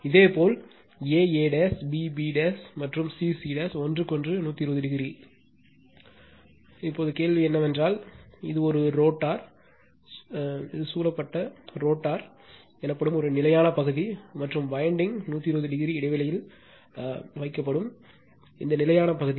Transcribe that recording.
இதேபோல் a a b b மற்றும் c c ஒன்றுக்கொன்று 120 o இப்போது கேள்வி என்னவென்றால் இது ஒரு ரோட்டார் சூழப்பட்ட ரோட்டார் எனப்படும் ஒரு நிலையான பகுதி மற்றும் வயண்டிங் 120 o இடைவெளியில் வைக்கப்படும் இந்த நிலையான பகுதி